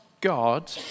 God